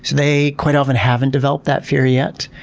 they quite often haven't developed that fear yet,